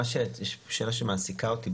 יש שאלה שמעסיקה אותי,